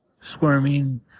squirming